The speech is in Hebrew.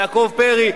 יעקב פרי,